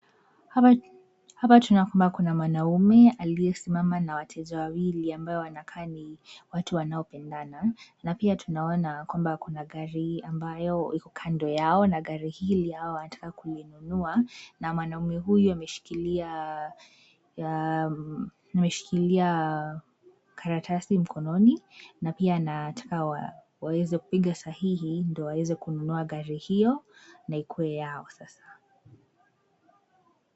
Hapa tunaona kwamba kuna mwanaume aliyesimama na wateja wawili ambao wanakaa ni watu wanaopendana na pia tunaona kwamba kuna gari ambayo iko kando yao na gari hili hawa wanataka kulinunua na mwanaume huyu ameshikilia karatasi mkononi na pia anataka waweze kupiga sahihi ndio waweze kununua gari hiyo na ikue yao sasa.